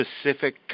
specific